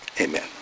Amen